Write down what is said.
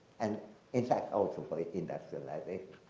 and in fact also for industrialization.